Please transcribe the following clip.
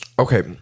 Okay